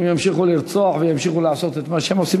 הם ימשיכו לרצוח וימשיכו לעשות את מה שהם עושים,